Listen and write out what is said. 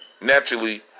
naturally